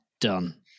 done